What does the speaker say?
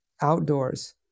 outdoors